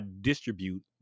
distribute